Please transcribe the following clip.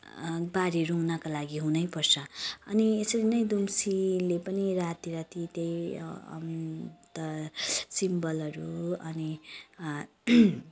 बारी रुँग्नको लागि हुनैपर्छ अनि यसरी नै दुम्सीले पनि राति राति त्यही अन्त सिमलहरू अनि